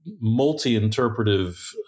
multi-interpretive